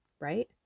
Right